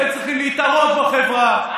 אתם צריכים להתערות בחברה,